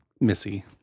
Missy